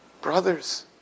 brothers